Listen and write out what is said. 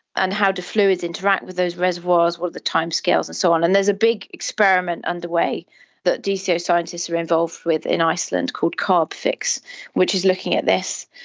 and how do fluids interact with those reservoirs, what are the timescales and so on. and there is a big experiment underway that dco so scientists are involved with in iceland called carbfix which is looking at this.